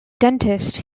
dentist